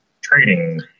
trading